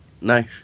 No